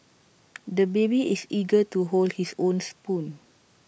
the baby is eager to hold his own spoon